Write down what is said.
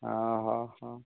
ହଁ